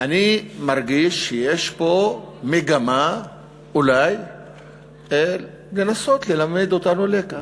אני מרגיש שיש פה מגמה אולי לנסות ללמד אותנו לקח.